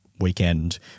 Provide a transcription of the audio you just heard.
weekend